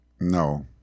No